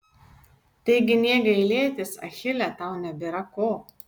taigi nė gailėtis achile tau nebėra ko